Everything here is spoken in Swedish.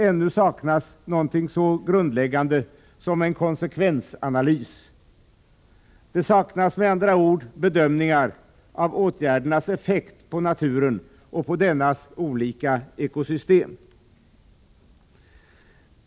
Ännu saknas någonting så grundläggande som en konsekvensanalys. Det saknas med andra ord bedömningar av åtgärdernas effekt på naturen och på dennas olika ekosystem.